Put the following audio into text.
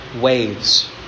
waves